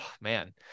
man